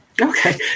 Okay